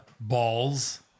balls